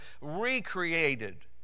recreated